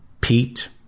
Pete